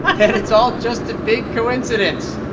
ah that it's all just a big coincidence.